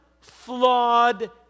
flawed